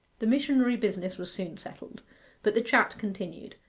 the missionary business was soon settled but the chat continued.